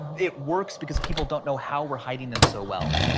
it works because people don't know how we're hiding them so well.